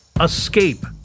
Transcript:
escape